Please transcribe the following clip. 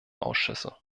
ausschüsse